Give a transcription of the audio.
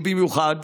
ובמיוחד